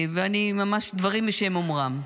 וממש דברים בשם אומרם: